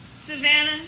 Savannah